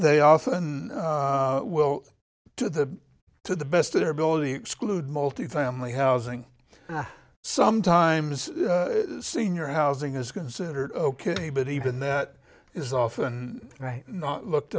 they often will to the to the best of their ability exclude multifamily housing sometimes senior housing is considered ok but even that is often right not looked